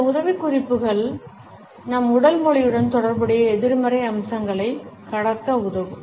இந்த உதவிக்குறிப்புகள் நம் உடல் மொழியுடன் தொடர்புடைய எதிர்மறை அம்சங்களை கடக்க உதவும்